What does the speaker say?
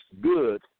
good